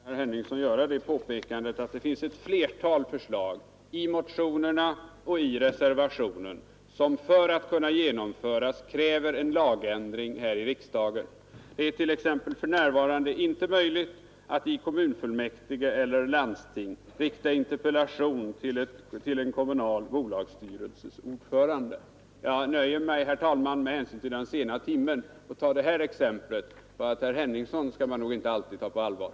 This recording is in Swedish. Herr talman! Jag vill för herr Henningsson göra det påpekandet att det finns flera förslag i motionerna och i reservationen, vilka för att kunna genomföras kräver lagändring här i riksdagen. Det är t.ex. för närvarande inte möjligt att i kommunfullmäktige eller landsting rikta interpellation till en kommunal bolagsstyrelses ordförande. Jag nöjer mig, herr talman, med hänsyn till den sena timmen med detta exempel, för att visa att herr Henningsson skall man nog inte alltid ta på allvar.